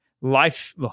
life